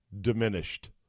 diminished